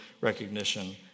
recognition